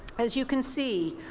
as you can see,